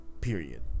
Period